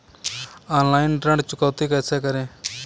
Online ऋण चुकौती कैसे करें?